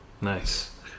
Nice